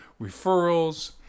referrals